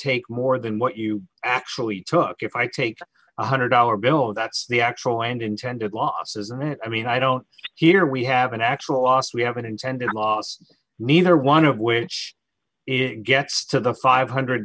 take more than what you actually took if i take one hundred dollars bill that's the actual end intended loss isn't it i mean i don't hear we have an actual os we haven't intended laws neither one of which it gets to the five hundred